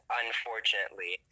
unfortunately